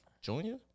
junior